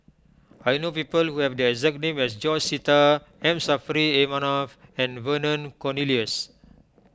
I know people who have the exact name as George Sita M Saffri A Manaf and Vernon Cornelius